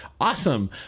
awesome